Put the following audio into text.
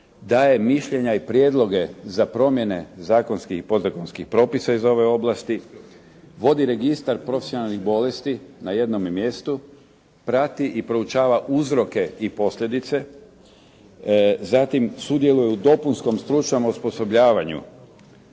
Daje mišljenja i prijedloge za promjene zakonskih i podzakonskih propisa iz ove oblasti, vodi registar profesionalnih bolesti na jednome mjestu, prati i proučava uzroke i posljedice, zatim sudjeluje u dopunskom stručnom osposobljavanju